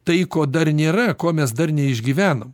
tai ko dar nėra ko mes dar neišgyvenom